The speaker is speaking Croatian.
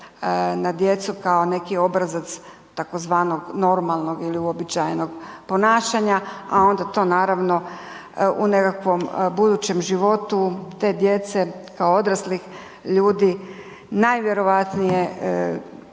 na djecu kao neki obrazac tzv. normalnog ili uobičajenog ponašanja, a onda to naravno u nekakvom budućem životu te djece kao odraslih ljudi najvjerojatnije